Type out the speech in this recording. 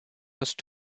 rushed